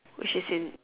which is in